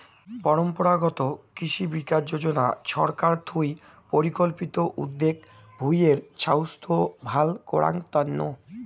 পরম্পরাগত কৃষি বিকাশ যোজনা ছরকার থুই পরিকল্পিত উদ্যগ ভূঁই এর ছাইস্থ ভাল করাঙ তন্ন